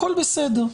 הכול בסדר.